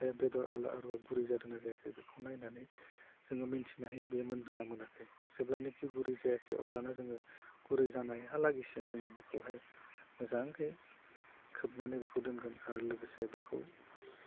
बे बेदर आलु आलुवा गुरै जादोंना जायाखै बेखौ नायनानै जोङो मोनथिनो हायो बे मोनदोंना मोनाखै जेब्लानोखि गुरै जायाखै अब्लाना जोङो गुरै जानायहालागैसिम जोङो बेखौहाय मोजांहै खोबनानै बेखौ दोनगोन आरो लोगोसे बेखौ